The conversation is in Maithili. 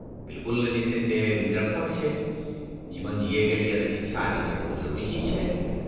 बिलकुल जे छै से निरर्थक छै जीवन जियैके लिए तऽ शिक्षा जे छै बहुत जरूरी चीज छै